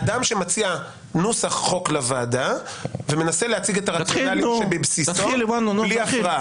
אדם שמציע נוסח חוק לוועדה ומנסה להציג את הרציונל שבבסיסו בלי הפרעה.